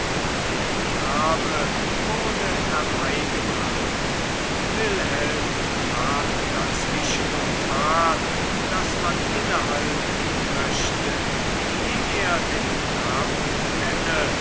der knabe wurde herbeigebracht wilhelm trat dazwischen und bat daß man innehalten möchte indem er den knaben kenne